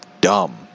dumb